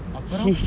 அப்புறம்:appuram